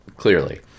clearly